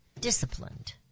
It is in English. disciplined